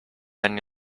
anni